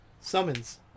Summons